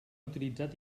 utilitzar